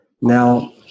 now